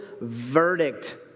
verdict